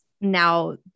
now